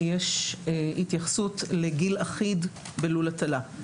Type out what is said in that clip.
יש התייחסות לגיל אחיד בלול הטלה.